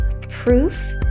proof